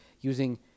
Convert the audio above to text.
using